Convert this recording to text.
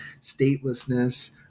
statelessness